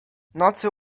nocy